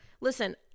Listen